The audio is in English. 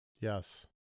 Yes